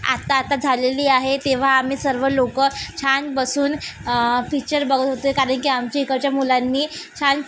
आत्ता आत्ता झालेली आहे तेव्हा आम्ही सर्व लोक छान बसून पिच्चर बघत होते कारण की आमच्या इकडच्या मुलांनी छान